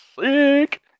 sick